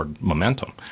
momentum